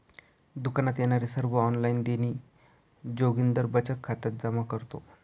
दुकानात येणारे सर्व ऑनलाइन देणी जोगिंदर बचत खात्यात जमा करतो